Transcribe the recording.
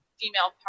female